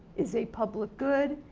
is a public good,